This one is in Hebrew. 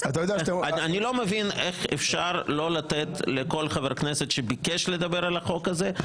אני לא מבין איך אפשר לא לתת לכל חבר כנסת שביקש לדבר על החוק הזה.